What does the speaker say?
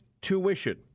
tuition